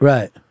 Right